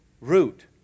root